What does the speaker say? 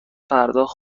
پرداخت